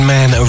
Man